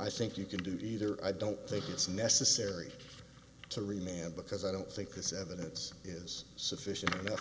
i think you can do either i don't think it's necessary to remain and because i don't think this evidence is sufficient enough